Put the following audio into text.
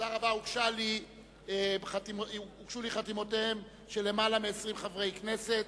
הוגשו לי חתימותיהם של למעלה מ-20 חברי כנסת,